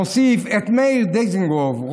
נוסיף את מאיר דיזינגוף,